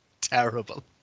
terrible